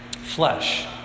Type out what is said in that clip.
Flesh